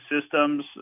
systems